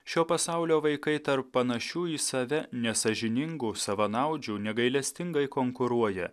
šio pasaulio vaikai tarp panašių į save nesąžiningų savanaudžių negailestingai konkuruoja